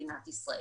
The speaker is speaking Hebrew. מדינת ישראל.